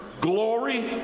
Glory